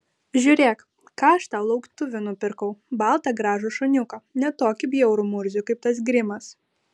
žiūrėk ką aš tau lauktuvių nupirkau baltą gražų šuniuką ne tokį bjaurų murzių kaip tas grimas